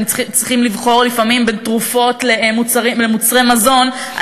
והם צריכים לבחור לפעמים בין תרופות למוצרי מזון,